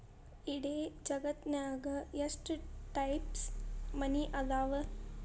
ಇಡೇ ಜಗತ್ತ್ನ್ಯಾಗ ಎಷ್ಟ್ ಟೈಪ್ಸ್ ಮನಿ ಅದಾವ